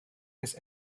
his